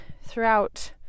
throughout